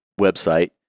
website